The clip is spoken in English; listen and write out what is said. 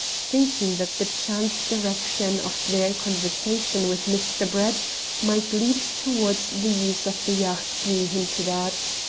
thinking that the chance direction of their conversation with mr. brett might lead towards the use of the yacht being hinted at.